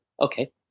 okay